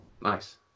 nice